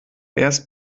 erst